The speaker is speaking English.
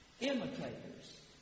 Imitators